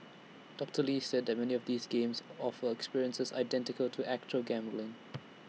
doctor lee said that many of these games offer experiences identical to actual gambling